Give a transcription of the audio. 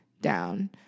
down